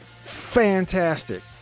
fantastic